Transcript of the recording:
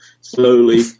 slowly